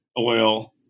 oil